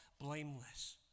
blameless